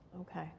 Okay